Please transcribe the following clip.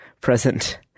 present